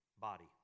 body